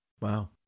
Wow